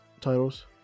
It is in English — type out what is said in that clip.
titles